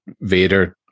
vader